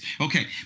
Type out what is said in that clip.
Okay